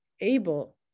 able